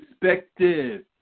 perspective